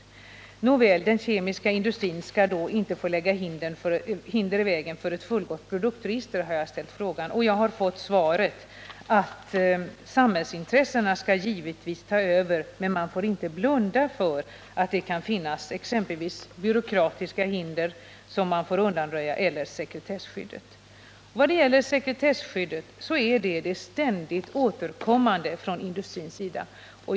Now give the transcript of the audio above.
Nåväl, på frågan huruvida den kemiska industrins intresse inte skall få lägga hinder i vägen för ett fullgott produktregister har jag fått svaret att samhällsintressena givetvis skall ta över men att man inte får blunda för att det kan finnas exempelvis byråkratiska hinder, som man får undanröja, och att man måste ta hänsyn till sekretesskyddet. Sekretesskyddet är det ständigt återkommande skälet från industrins sida.